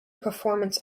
performance